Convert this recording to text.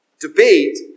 Debate